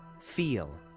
feel